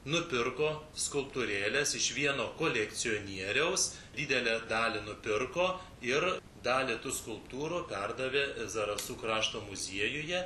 nupirko skulptūrėles iš vieno kolekcionieriaus didelę dalį nupirko ir dalį tų skulptūrų perdavė zarasų krašto muziejuje